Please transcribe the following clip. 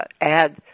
add